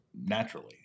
naturally